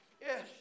Yes